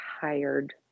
tired